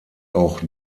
auch